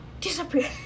Disappear